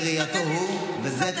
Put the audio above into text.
ביום מיוחד